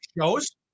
shows